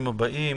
הממשלה.